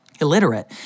illiterate